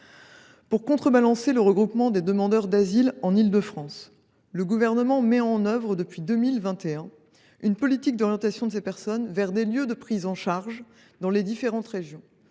Pour contrebalancer le regroupement des demandeurs d’asile en Île de France, le Gouvernement met en œuvre depuis 2021 une politique d’orientation de ces personnes vers des lieux de prise en charge dans les différentes régions.